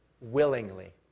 willingly